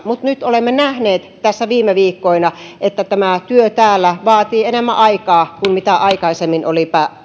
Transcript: mutta nyt olemme nähneet tässä viime viikkoina että tämä työ täällä vaatii enemmän aikaa kuin aikaisemmin oli